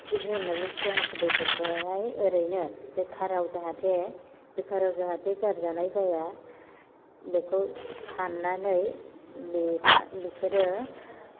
जिब जुनारनि खि हासुदैफोरखौहाय ओरैनो बेखाराव जाहाथे बेखाराव जाहाथे गारजानाय जाया बेखौ सान्नानै बिसोरो